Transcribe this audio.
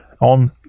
on